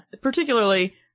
particularly